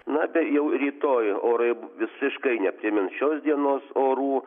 na tai jau rytoj orai visiškai neprimins šios dienos orų